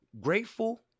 Grateful